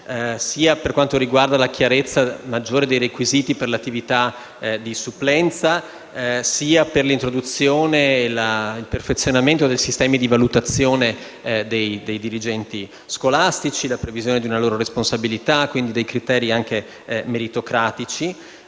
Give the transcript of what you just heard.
sia per quanto riguarda la maggiore chiarezza dei requisiti per l'attività di supplenza, sia per l'introduzione e il perfezionamento dei sistemi di valutazione dei dirigenti scolastici, la previsione di una loro responsabilità e di criteri meritocratici